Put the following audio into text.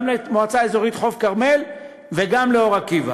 גם לתושבי מועצה אזורית חוף-הכרמל וגם לתושבי אור-עקיבא.